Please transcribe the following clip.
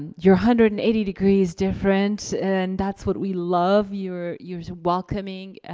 you're hundred and eighty degrees different and that's what we love. you're you're welcoming,